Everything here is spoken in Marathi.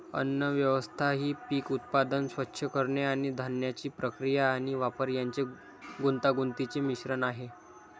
अन्नव्यवस्था ही पीक उत्पादन, स्वच्छ करणे आणि धान्याची प्रक्रिया आणि वापर यांचे गुंतागुंतीचे मिश्रण आहे